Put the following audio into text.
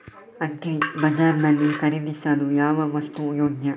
Agri bazaar ನಲ್ಲಿ ಖರೀದಿಸಲು ಯಾವ ವಸ್ತು ಯೋಗ್ಯ?